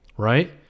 Right